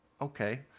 okay